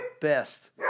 best